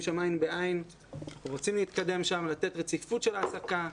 שם עין בעין ורוצים להתקדם ולתת רציפות של העסקה,